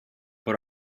but